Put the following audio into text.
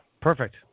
Perfect